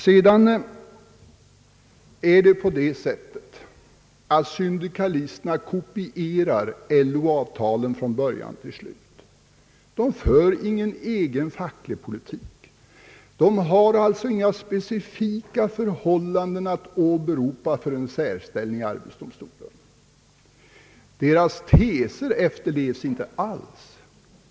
Vidare kopierar syndikalisterna LO avtalen från början till slut. De för ingen egen facklig politik. De har alltså inga specifika förhållanden att åberopa för en särställning i arbetsdomstolen. Deras teser efterlevs inte alls.